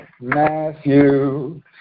Matthew